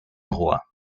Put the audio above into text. rohr